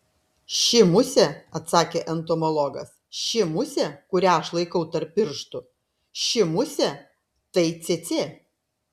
ši musė atsakė entomologas ši musė kurią aš laikau tarp pirštų ši musė tai cėcė